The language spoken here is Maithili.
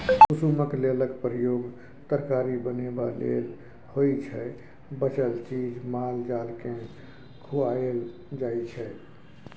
कुसुमक तेलक प्रयोग तरकारी बनेबा लेल होइ छै बचल चीज माल जालकेँ खुआएल जाइ छै